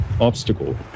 obstacle